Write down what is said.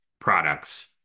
products